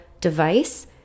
device